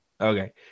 Okay